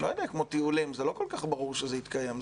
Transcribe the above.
לא יודע, כמו טיולים, לא כל כך ברור שזה יתקיים.